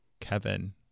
Kevin